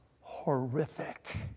horrific